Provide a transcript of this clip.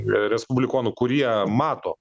beje respublikonų kurie mato